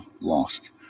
lost